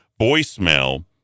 voicemail